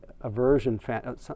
aversion